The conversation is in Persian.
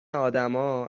آدما